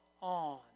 on